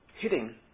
hitting